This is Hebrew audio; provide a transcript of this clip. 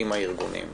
עם הארגונים.